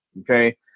okay